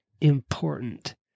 important